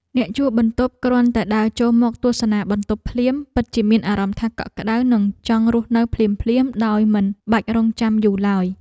អ្នកជួលបន្ទប់គ្រាន់តែដើរចូលមកទស្សនាបន្ទប់ភ្លាមពិតជាមានអារម្មណ៍ថាកក់ក្ដៅនិងចង់រស់នៅភ្លាមៗដោយមិនបាច់រង់ចាំយូរឡើយ។